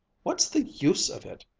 what's the use of it?